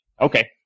Okay